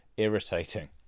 irritating